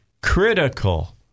critical